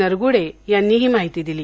नरगुडे यांनी ही माहिती दिली